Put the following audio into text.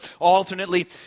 alternately